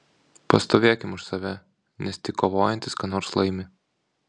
pastovėkim už save nes tik kovojantys ką nors laimi